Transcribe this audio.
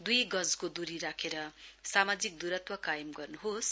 दुई गजको दूरी राखेर सामाजिक दूरत्व कायम गर्नुहोस